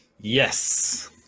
Yes